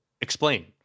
Explain